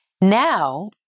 Now